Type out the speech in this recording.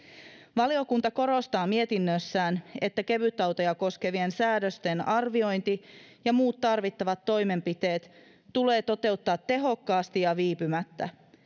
valiokunta korostaa mietinnössään että kevytautoja koskevien säädösten arviointi ja muut tarvittavat toimenpiteet tulee toteuttaa tehokkaasti ja viipymättä